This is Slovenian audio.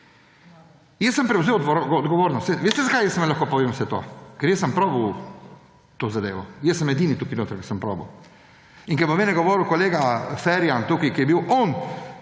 Jaz sem prevzel odgovornost. Veste, zakaj vam lahko jaz povem vse to? Ker jaz sem izkusil to zadevo. Jaz sem edini tukaj notri, ki sem izkusil. In ko bo meni govoril kolega Ferjan tukaj – je bil on,